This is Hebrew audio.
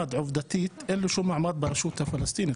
עובדתית אין לו שום מעמד ברשות הפלסטינית.